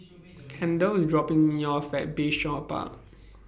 Kendall IS dropping Me off At Bayshore Park